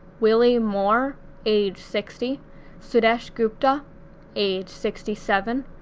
willie moore age sixty sudesh gupta age sixty seven,